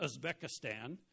Uzbekistan